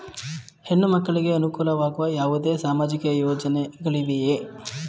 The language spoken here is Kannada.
ಹೆಣ್ಣು ಮಕ್ಕಳಿಗೆ ಅನುಕೂಲವಾಗುವ ಯಾವುದೇ ಸಾಮಾಜಿಕ ಯೋಜನೆಗಳಿವೆಯೇ?